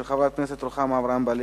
של חברת הכנסת רוחמה אברהם-בלילא,